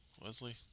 Leslie